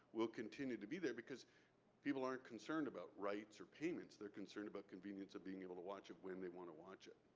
will continue to be there, because people aren't concerned about rights or payments. they're concerned about convenience of being able to watch it when they want to watch it.